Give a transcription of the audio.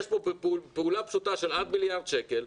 יש פה פעולה פשוטה של עד מיליארד שקלים,